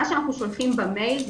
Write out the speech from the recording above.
מה שאנחנו שולחים במייל,